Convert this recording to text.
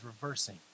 reversing